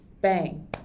bang